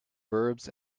verbs